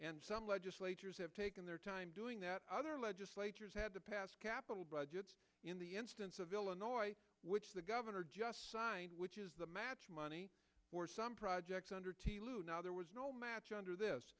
and some legislators have taken their time doing that other legislators had to pass capital budgets in the instance of illinois which the governor just signed which is the match money for some projects under there was no match under this